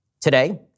Today